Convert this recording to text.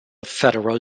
federal